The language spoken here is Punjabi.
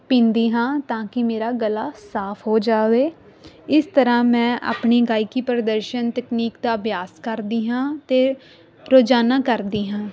ਪੀਂਦੀ ਹਾਂ ਤਾਂ ਕਿ ਮੇਰਾ ਗਲਾ ਸਾਫ ਹੋ ਜਾਵੇ ਇਸ ਤਰ੍ਹਾਂ ਮੈਂ ਆਪਣੀ ਗਾਇਕੀ ਪ੍ਰਦਰਸ਼ਨ ਤਕਨੀਕ ਦਾ ਅਭਿਆਸ ਕਰਦੀ ਹਾਂ ਅਤੇ ਰੋਜ਼ਾਨਾ ਕਰਦੀ ਹਾਂ